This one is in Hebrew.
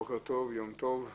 בוקר טוב, יום טוב,